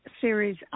Series